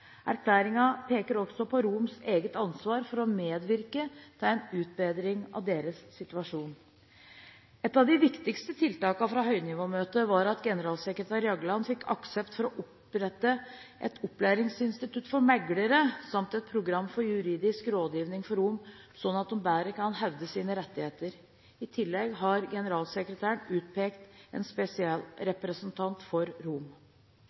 peker også på romenes eget ansvar for å medvirke til en utbedring av deres situasjon. Et av de viktigste tiltakene fra høynivåmøtet var at generalsekretær Jagland fikk aksept for å opprette et opplæringsinstitutt for meglere samt et program for juridisk rådgivning for romer, slik at de bedre kan hevde sine rettigheter. I tillegg har generalsekretæren utpekt en spesialrepresentant for